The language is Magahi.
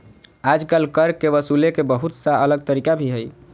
आजकल कर के वसूले के बहुत सा अलग तरीका भी हइ